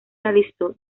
realizó